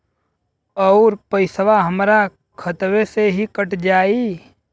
अउर पइसवा हमरा खतवे से ही कट जाई?